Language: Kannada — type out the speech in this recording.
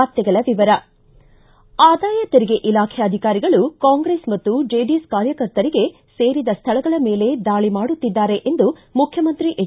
ವಾರ್ತೆಗಳ ವಿವರ ಆದಾಯ ತೆರಿಗೆ ಇಲಾಖೆ ಅಧಿಕಾರಿಗಳು ಕಾಂಗ್ರೆಸ್ ಮತ್ತು ಜೆಡಿಎಸ್ ಕಾರ್ಯಕರ್ತರಿಗೆ ಸೇರಿದ ಸ್ವಳಗಳ ಮೇಲೆ ದಾಳಿ ಮಾಡುತ್ತಿದ್ದಾರೆ ಎಂದು ಮುಖ್ಯಮಂತ್ರಿ ಎಚ್